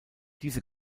diese